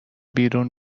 بیرون